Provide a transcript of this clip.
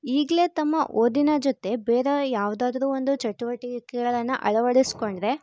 ಈಗಲೇ ತಮ್ಮ ಓದಿನ ಜೊತೆ ಬೇರೆ ಯಾವುದಾದ್ರು ಒಂದು ಚಟುವಟಿಕೆಗಳನ್ನು ಅಳವಡಿಸಿಕೊಂಡ್ರೆ